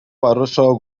barushaho